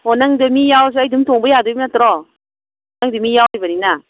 ꯑꯣ ꯅꯪꯗꯣ ꯃꯤ ꯌꯥꯎꯔꯁꯨ ꯑꯩ ꯑꯗꯨꯝ ꯇꯣꯡꯕ ꯌꯥꯗꯣꯏꯕ ꯅꯠꯇ꯭ꯔꯣ ꯅꯪꯗꯣ ꯃꯤ ꯌꯥꯎꯔꯤꯕꯅꯤꯅ